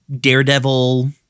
daredevil